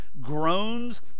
groans